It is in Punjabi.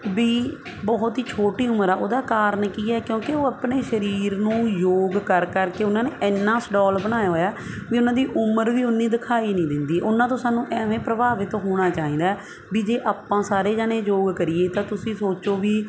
ਵੀ ਬਹੁਤ ਹੀ ਛੋਟੀ ਉਮਰ ਆ ਉਹਦਾ ਕਾਰਨ ਕੀ ਹੈ ਕਿਉਂਕਿ ਉਹ ਆਪਣੇ ਸਰੀਰ ਨੂੰ ਯੋਗ ਕਰ ਕਰ ਕੇ ਉਹਨਾਂ ਨੇ ਇੰਨਾ ਸਡੋਲ ਬਣਾਇਆ ਹੋਇਆ ਵੀ ਉਹਨਾਂ ਦੀ ਉਮਰ ਵੀ ਓਨੀ ਦਿਖਾਈ ਨਹੀਂ ਦਿੰਦੀ ਉਹਨਾਂ ਤੋਂ ਸਾਨੂੰ ਐਵੇਂ ਪ੍ਰਭਾਵਿਤ ਹੋਣਾ ਚਾਹੀਦਾ ਵੀ ਜੇ ਆਪਾਂ ਸਾਰੇ ਜਣੇ ਯੋਗ ਕਰੀਏ ਤਾਂ ਤੁਸੀਂ ਸੋਚੋ ਵੀ